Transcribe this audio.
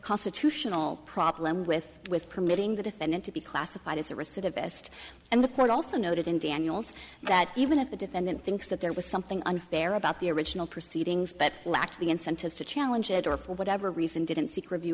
constitutional problem with with permitting the defendant to be classified as a receipt of best and the court also noted in daniel's that even if the defendant thinks that there was something unfair about the original proceedings but lacked the incentive to challenge it or for whatever reason didn't seek review